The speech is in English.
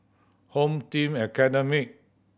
Home Team Academy